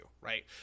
right